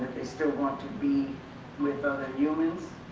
they still want to be with other humans,